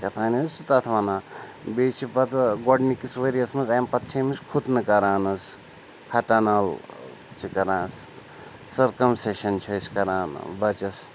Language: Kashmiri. کیٛاہ تام حظ چھِ تَتھ وَنان بیٚیہِ چھِ پَتہٕ گۄڈنِکِس ؤریَس منٛز اَمہِ پَتہٕ چھِ أمِس خوتنہٕ کَران حظ ختَنال چھِ کَران سٔرکَمشَن چھِ أسۍ کَران بَچَس